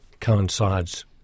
coincides